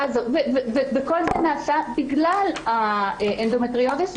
הזאת וכל זה נעשה בגלל האנדומטריוזיס,